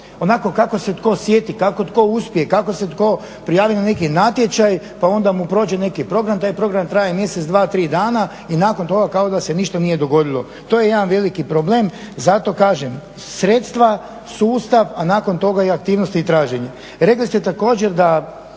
onako kako se tko sjeti, kako tko uspije, kako se tko prijavi na neki natječaj pa onda mu prođe neki program, taj program traje mjesec, dva, tri dana i nakon toga kao da se ništa nije dogodilo. To je jedan veliki problem. Zato kažem, sredstva, sustav, a nakon toga i aktivnosti i traženje.